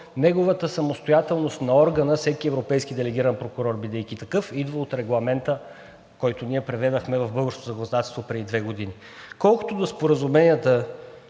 Неговата самостоятелност – на органа, всеки европейски делегиран прокурор, бидейки такъв, идва от Регламента, който ние преведохме в българското законодателство преди две години. Колкото до споразуменията